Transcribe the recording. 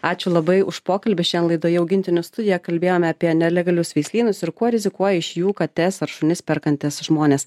ačiū labai už pokalbį šiandien laidoje augintinių studija kalbėjome apie nelegalius veislynus ir kuo rizikuoja iš jų kates ar šunis perkantys žmonės